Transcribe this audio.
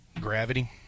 Gravity